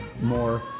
more